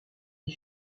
les